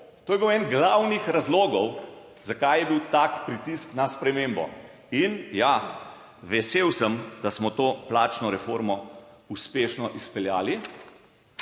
To je bil eden glavnih razlogov zakaj je bil tak pritisk na spremembo. In ja, vesel sem, da smo to plačno reformo uspešno izpeljali,